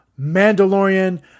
Mandalorian